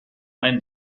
ein